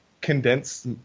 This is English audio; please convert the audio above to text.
condensed